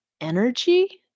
energy